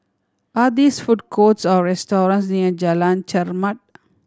are this food courts or restaurants near Jalan Chermat